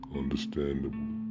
understandable